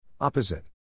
Opposite